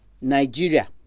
Nigeria